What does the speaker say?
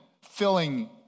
filling